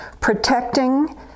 protecting